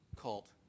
cult